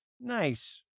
Nice